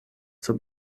zur